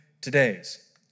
today's